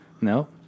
No